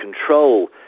control